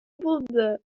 булды